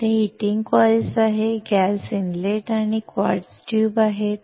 येथे heating coils gas inlet आणि quartz tube आहेत